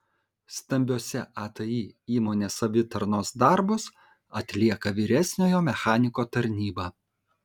stambiose atį įmonės savitarnos darbus atlieka vyresniojo mechaniko tarnyba